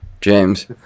James